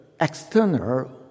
external